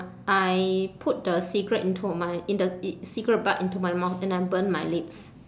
I put the cigarette into my in the it cigarette bud into my mouth and I burn my lips